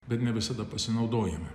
bet ne visada pasinaudojame